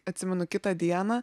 atsimenu kitą dieną